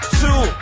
two